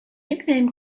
nickname